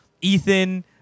Ethan